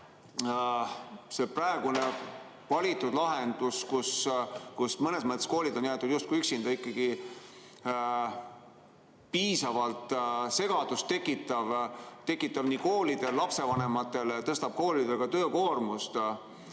see praegune valitud lahendus, kus mõnes mõttes koolid on jäetud justkui üksinda, ikkagi piisavalt segadust tekitav nii koolidele kui ka lapsevanematele. See tõstab ka koolide töökoormust.